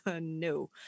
no